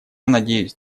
надеюсь